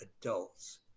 adults